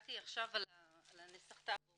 הסתכלתי עכשיו על נסח הטאבו